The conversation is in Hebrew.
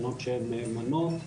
בחינות שהן מהימנות,